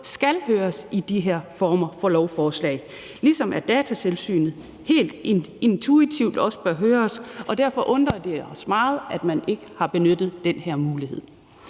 skal høres i de her former for lovforslag, ligesom Datatilsynet helt intuitivt også bør høres. Derfor undrer det os meget, at man ikke har benyttet den mulighed.